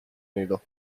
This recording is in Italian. nido